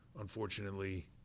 unfortunately